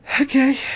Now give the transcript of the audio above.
okay